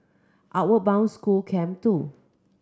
Outward Bound School Camp Two